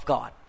God